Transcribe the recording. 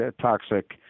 toxic